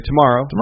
tomorrow